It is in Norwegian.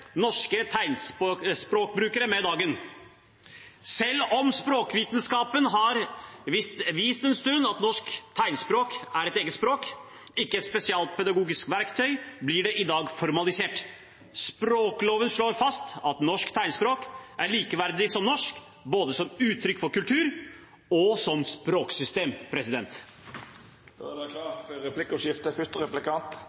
med dagen. Selv om språkvitenskapen har visst en stund at norsk tegnspråk er et eget språk, ikke et spesialpedagogisk verktøy, blir det i dag formalisert. Språkloven slår fast at norsk tegnspråk er likeverdig med norsk, både som uttrykk for kultur og som språksystem.